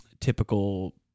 typical